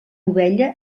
ovella